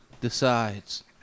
decides